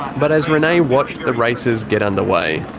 but as renay watched the races get underway,